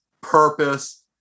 purpose